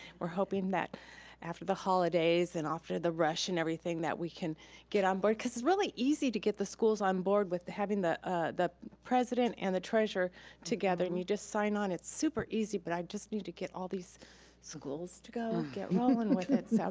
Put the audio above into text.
we're hoping that after the holidays and after the rush and everything that we can get on board, cause it's really easy to get the schools on board with having the ah the president and the treasurer together and you just sign on, it's super easy. but i just need to get all these schools to go, get rolling with it. so,